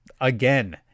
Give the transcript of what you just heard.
again